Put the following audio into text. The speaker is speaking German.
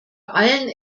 allen